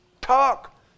Talk